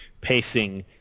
pacing